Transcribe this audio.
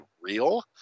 real